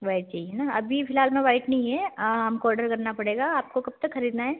white चाहिए ना अभी फ़िलहाल में वाइट नहीं है हमको ऑडर करना पड़ेगा आपको कब तक खरीदना है